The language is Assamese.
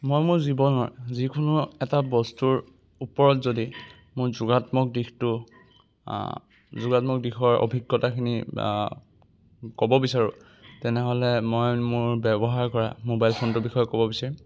মই মোৰ জীৱনৰ যিকোনো এটা বস্তুৰ ওপৰত যদি মই যোগাত্মক দিশটো যোগাত্মক দিশৰ অভিজ্ঞতাখিনি ক'ব বিচাৰোঁ তেনেহ'লে মই মোৰ ব্যৱহাৰ কৰা মোবাইল ফোনটোৰ বিষয়ে ক'ব বিচাৰিম